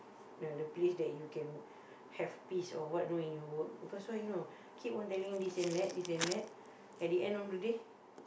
ya the place that you can have peace or what you know in your work because why you know keep on telling this and that this and that at the end of the day